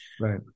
Right